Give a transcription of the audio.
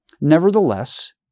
Nevertheless